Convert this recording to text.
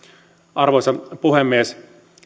arvoisa puhemies